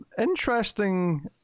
interesting